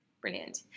Brilliant